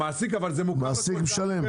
המעסיק, אבל זה מוכר לו כהוצאה מוכרת.